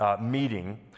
meeting